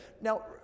now